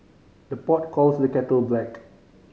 the pot calls the kettle black